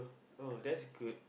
oh that's good